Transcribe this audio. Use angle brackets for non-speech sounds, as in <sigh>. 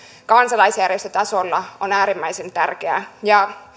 kansalaisjärjestötasolla on äärimmäisen tärkeää ja <unintelligible>